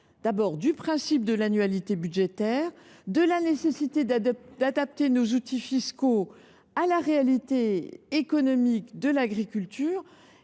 compte du principe d’annualité budgétaire et de la nécessité d’adapter nos outils fiscaux à la réalité économique de l’agriculture.